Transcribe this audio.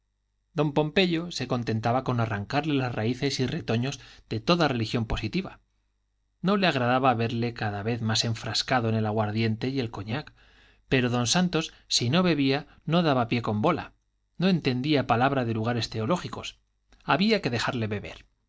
don pompeyo se contentaba con arrancarle las raíces y retoños de toda religión positiva no le agradaba verle cada vez más enfrascado en el aguardiente y el cognac pero don santos si no bebía no daba pie con bola no entendía palabra de lugares teológicos había que dejarle beber